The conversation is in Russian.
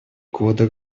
года